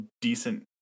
decent